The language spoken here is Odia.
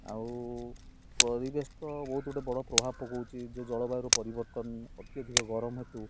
ଆଉ ପରିବେଶ ତ ବହୁତ ଗୁଡ଼ିଏ ବଡ଼ ପ୍ରଭାବ ପକାଉଛି ଯେଉଁ ଜଳବାୟୁ ପରିବର୍ତ୍ତନ ଅତ୍ୟଧିକ ଗରମ ହେତୁ